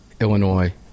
Illinois